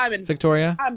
victoria